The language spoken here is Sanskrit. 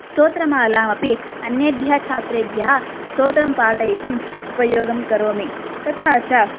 स्तोत्रमालाम् अपि अन्येभ्यः छात्रेभ्यः स्तोत्रं पाठयितुम् उपयोगङ्करोमि तथा च